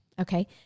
Okay